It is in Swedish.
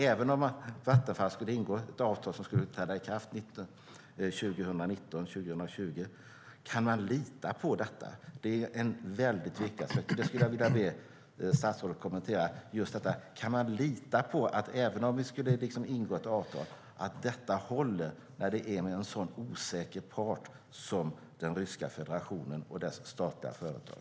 Även om Vattenfall ingår ett avtal som träder i kraft 2019-2020, går det att lita på avtalet? Jag skulle vilja be statsrådet kommentera om det går att lita på att även om Vattenfall ingår ett avtal att det håller när det sker med en så osäker part som Ryska federationens statliga företag.